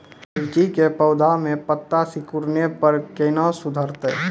मिर्ची के पौघा मे पत्ता सिकुड़ने पर कैना सुधरतै?